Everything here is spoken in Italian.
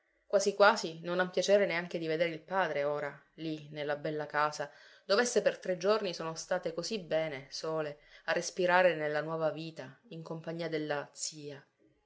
quasi quasi non han piacere neanche di vedere il padre ora lì nella bella casa dov'esse per tre giorni sono state così bene sole a respirare nella nuova vita in compagnia della zia